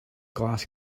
glass